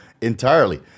entirely